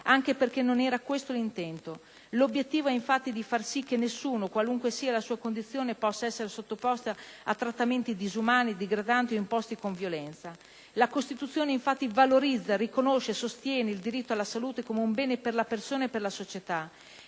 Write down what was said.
anche perché non era questo l'intento. L'obiettivo è, infatti, di far sì che nessuno, qualunque sia la sua condizione, possa essere sottoposto a trattamenti disumani, degradanti o imposti con violenza. La Costituzione, infatti, valorizza, riconosce e sostiene il diritto alla salute come un bene per la persona e per la società.